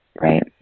Right